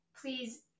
please